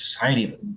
society